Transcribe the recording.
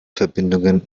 verbindungen